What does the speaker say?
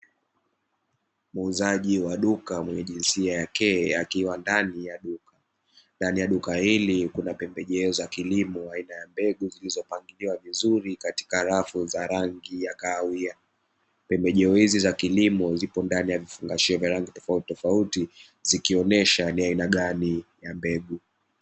Muuzaji wa duka mwenye jinsia ya kike akiwa ndani ya duka. Ndani ya duka hili kuna pembejeo za kilimo aina ya mbegu zilizopakiwa vizuri katika rafu za rangi ya kahawia. Pembejeo hizi za kilimo zipo ndani ya vifungashio vya rangi tofautitofauti, zikionyesha ni aina gani ya mbegu.